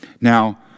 now